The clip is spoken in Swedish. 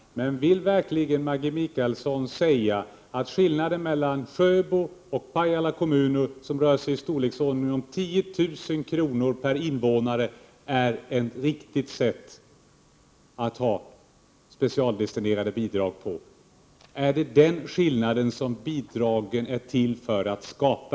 Herr talman! Vill Maggi Mikaelsson verkligen säga att det är ett riktigt sätt att ha specialdestinerade bidrag på skillnaden mellan Sjöbo och Pajala kommuner, en skillnad som är i storleksordningen 10 000 kr. per invånare? Är det en sådan skillnad som bidragen är till för att skapa?